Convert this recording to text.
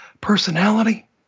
personality